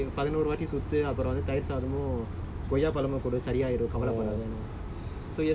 no she didn't ask me the Iyer ask me do eleven rounds he say பதினொரு வாட்டி சுத்து அப்புறம் தயிர்சாதமோ:patinoru vaati suthu appuram tayirsaathamo